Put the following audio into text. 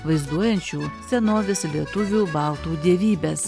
vaizduojančių senovės lietuvių baltų dievybes